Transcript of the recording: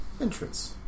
entrance